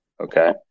okay